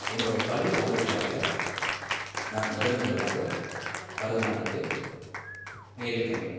என்னோடய பள்ளி ஆண்டுவிழாவில் நான் முதன் முதலாக பரதநாட்டியத்தை நேரில் கண்டேன்